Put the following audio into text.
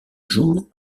jour